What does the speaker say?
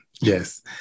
yes